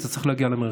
אתה צריך להגיע למרכז.